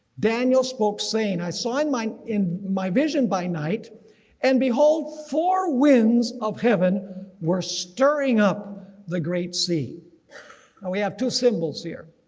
daniel spoke saying, i saw in my in my vision by night and behold four winds of heaven were stirring up the great sea. and we have two symbols here.